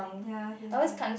ya same same